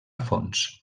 fons